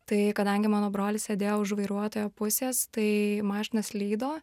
tai kadangi mano brolis sėdėjo už vairuotojo pusės tai mašina slydo